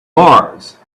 mars